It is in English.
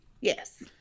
Yes